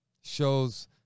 shows